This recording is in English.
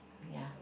ya